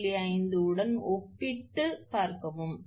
5 உடன் ஒப்பிட்டுப் பார்க்கவும்